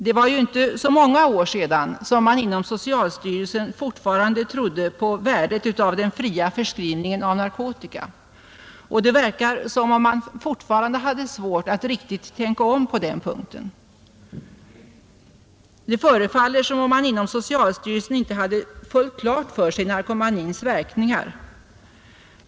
Det är ju inte så många år sedan man inom socialstyrelsen fortfarande trodde på värdet av den fria förskrivningen av narkotika. Det verkar som om man fortfarande hade svårt att riktigt tänka om på den punkten. Det förefaller som om man inom socialstyrelsen inte hade fullt klart för sig narkomanins verkningar.